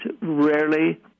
rarely